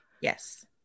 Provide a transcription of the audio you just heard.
Yes